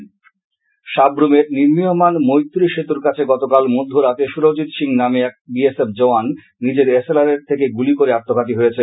BSF সাব্রুমের নির্মীয়মান মৈত্রী সেতুর কাছে গতকাল মধ্য রাতে সুরজিৎ সিং নামে এক বিএসএফ জওয়ান নিজের এসএলআর থেকে গুলি করে আত্মঘাতী হয়েছে